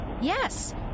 Yes